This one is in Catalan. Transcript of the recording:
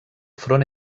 front